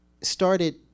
started